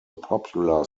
popular